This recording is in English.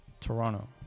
Toronto